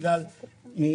בגלל חוסר בנתונים